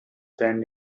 than